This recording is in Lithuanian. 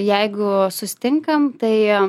jeigu susitinkam tai